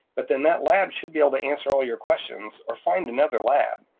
but then that lab should be able to answer all your questions or find another lab,